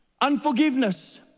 unforgiveness